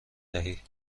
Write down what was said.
دهی